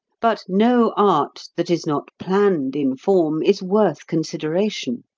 but no art that is not planned in form is worth consideration,